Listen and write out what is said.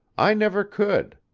i never could.